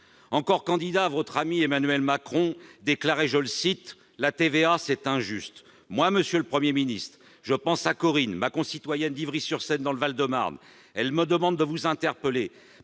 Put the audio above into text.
que candidat, votre ami Emmanuel Macron déclarait :« La TVA, c'est injuste. » Pour ma part, je pense à Corinne, ma concitoyenne d'Ivry-sur-Seine, dans le Val-de-Marne. Elle me demande de vous interpeller,